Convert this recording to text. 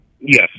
Yes